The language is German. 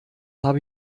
habe